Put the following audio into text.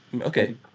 Okay